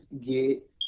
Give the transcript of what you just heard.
get